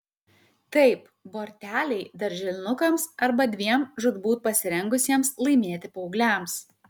taip borteliai darželinukams arba dviem žūtbūt pasirengusiems laimėti paaugliams